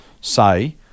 say